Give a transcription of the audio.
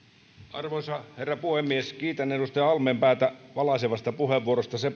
arvoisa herra puhemies kiitän edustaja halmeenpäätä valaisevasta puheenvuorosta se